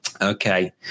Okay